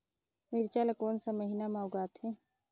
मिरचा ला कोन सा महीन मां उगथे?